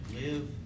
live